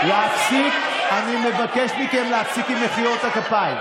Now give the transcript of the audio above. שעלה על הקרקע בעקבות רצח מזעזע בצומת תפוח,